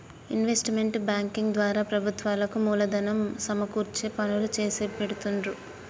investment banking ద్వారా ప్రభుత్వాలకు మూలధనం సమకూర్చే పనులు చేసిపెడుతుండ్రు